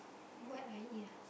what I eat ah